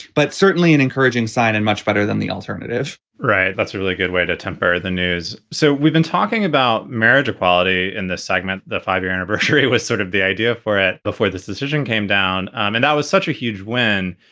but certainly an encouraging sign and much better than the alternative right. that's a really good way to temper the news. so we've been talking about marriage equality in this segment. the five year anniversary was sort of the idea for it before this decision came down, and that was such a huge win.